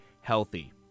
healthy